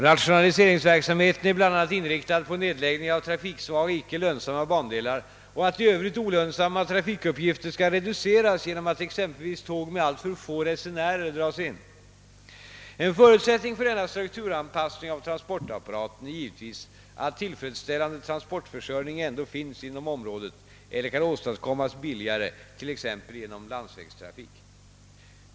Rationaliseringsverksamheten är bl.a. inriktad på nedläggning av trafiksvaga, icke lönsamma bandelar och att i övrigt olönsamma trafikuppgifter skall reduceras genom att exempelvis tåg med alltför få resenärer dras in. En förutsättning för denna strukturanpassning av transportapparaten är givetvis att tillfredsställande transportförsörjning ändå finns inom området eller kan åstadkommas billigare t.ex. genom landsvägstrafik.